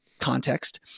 context